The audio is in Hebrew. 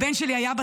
אמן.